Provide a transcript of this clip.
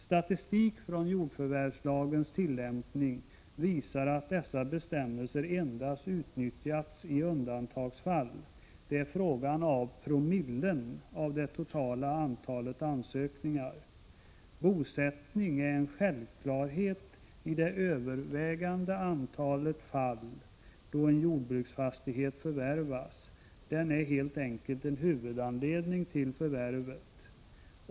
Statistik från jordförvärvslagens tillämpning visar att dessa bestämmelser endast utnyttjats i undantagsfall — det är fråga om promille av det totala antalet ansökningar. Bosättning är en självklarhet i det övervägande antalet fall då en jordbruksfastighet förvärvas — den är helt enkelt en huvudanledning till förvärvet.